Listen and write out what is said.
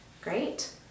Great